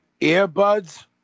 Earbuds